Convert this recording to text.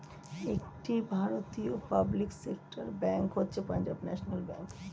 একটি ভারতীয় public sector bank হচ্ছে পাঞ্জাব ন্যাশনাল ব্যাঙ্ক